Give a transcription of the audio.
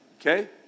Okay